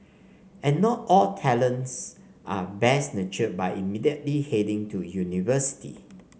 and not all talents are best nurtured by immediately heading to university